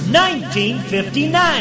1959